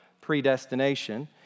predestination